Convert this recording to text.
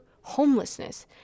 homelessness